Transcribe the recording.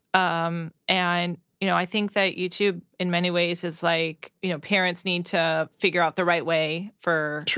um and you know i think that youtube in many ways is like, you know, parents need to figure out the right way for byers